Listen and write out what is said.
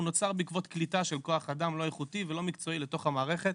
הוא נוצר בעקבות קליטה של כוח אדם לא איכותי ולא מקצועי לתוך המערכת,